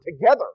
together